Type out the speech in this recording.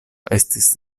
estis